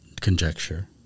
conjecture